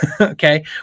Okay